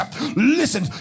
Listen